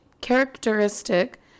characteristic